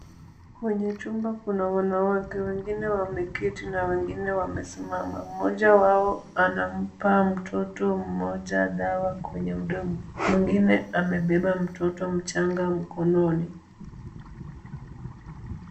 Kwenye chumba kuna wanawake wengine wameketi na wengine wamesimama. Mmoja wao anampa mtoto mmoja dawa kwenye mdomo. Mwingine amebeba mtoto mchanga mkononi.